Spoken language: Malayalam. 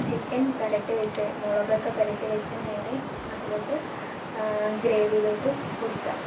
ചിക്കൻ പുരട്ടി വെച്ച് മുളകൊക്കെ പുരട്ടി വെച്ച് നേരെ അതിലോട്ട് ഗ്രേവിയിലോട്ടു കൊട്ടുക